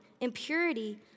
impurity